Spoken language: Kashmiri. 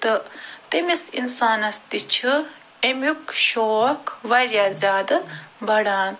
تہٕ تٔمِس انسانس تہِ چھُ امیٛک شوق واریاہ زیادٕ بڑھان